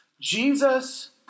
Jesus